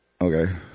Okay